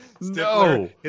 No